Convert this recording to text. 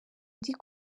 ndi